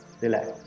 relax